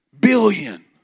Billion